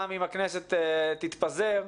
גם אם הכנסת תתפזר,